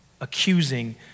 accusing